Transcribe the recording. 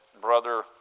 Brother